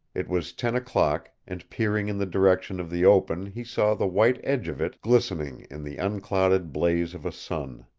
it was ten o'clock and peering in the direction of the open he saw the white edge of it glistening in the unclouded blaze of a sun.